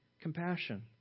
compassion